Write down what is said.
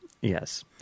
Yes